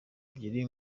ebyiri